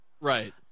Right